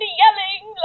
yelling